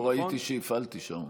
לא ראיתי שהפעלתי שעון.